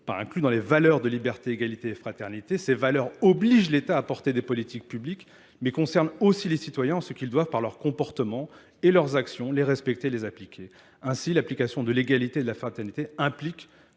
pas inclus dans les valeurs de liberté, égalité et fraternité. Ces valeurs obligent l'État à apporter des politiques publiques mais concernent aussi les citoyens en ce qu'ils doivent, par leur comportement et leurs actions, les respecter et les appliquer. Ainsi, l'application de l'égalité et de la fraternité implique